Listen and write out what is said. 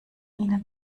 ihnen